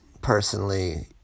personally